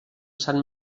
sant